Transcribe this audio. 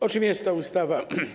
O czym jest ta ustawa?